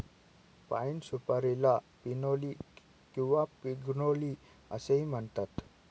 पाइन सुपारीला पिनोली किंवा पिग्नोली असेही म्हणतात